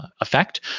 Effect